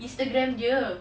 instagram dia